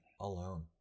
alone